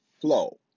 flow